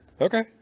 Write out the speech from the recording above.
okay